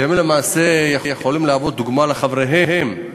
שלמעשה יכולים להיות דוגמה לחבריהם.